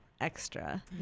extra